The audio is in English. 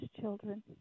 children